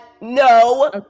no